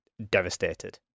devastated